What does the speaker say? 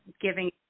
giving